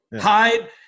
Hide